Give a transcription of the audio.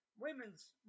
Women's